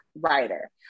writer